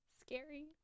Scary